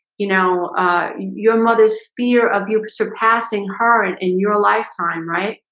you know your mother's fear of your surpassing her and in your lifetime, right?